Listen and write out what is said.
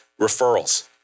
referrals